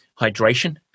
hydration